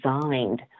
designed